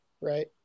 right